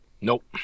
Nope